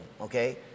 Okay